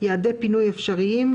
יעדי פינוי אפשריים,